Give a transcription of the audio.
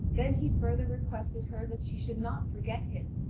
then he further requested her that she should not forget him,